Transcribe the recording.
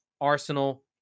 arsenal